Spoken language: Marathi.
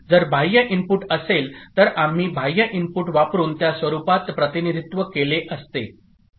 जर बाह्य इनपुट असेल तर आम्ही बाह्य इनपुट वापरुन त्या स्वरूपात प्रतिनिधित्व केले असते